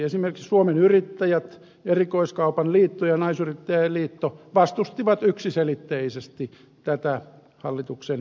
esimerkiksi suomen yrittäjät erikoiskaupan liitto ja naisyrittäjien liitto vastustivat yksiselitteisesti tätä hallituksen esitystä